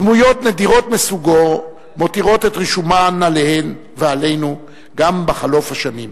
דמויות נדירות מסוגו מותירות את רישומן עלינו גם בחלוף השנים.